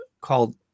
called